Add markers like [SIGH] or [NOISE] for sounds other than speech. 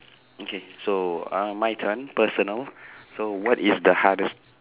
okay so um my turn personal [BREATH] so what is the hardest